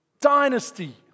dynasty